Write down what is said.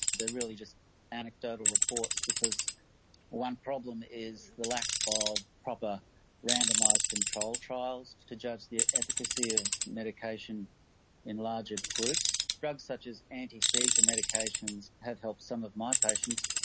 there are really just anecdotal reports because one problem is the lack of proper randomised controlled trials to judge the efficacy of medication in larger groups. drugs such as antiseizure medications have helped some of my patients,